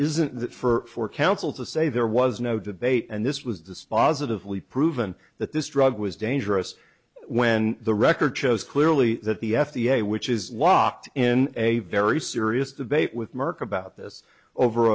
isn't that for council to say there was no debate and this was dispositively proven that this drug was dangerous when the record shows clearly that the f d a which is locked in a very serious debate with merck about this over